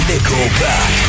Nickelback